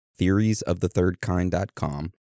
theoriesofthethirdkind.com